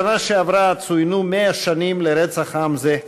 בשנה שעברה צוינו 100 שנים לרצח-עם זה,